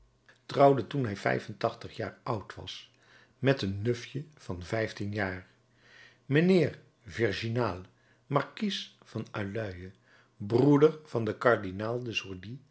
trouwde toen hij vijf en tachtig jaar oud was met een nufje van vijftien jaar mijnheer virginal markies van alluye broeder van den kardinaal de